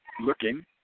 Looking